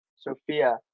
Sophia